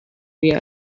were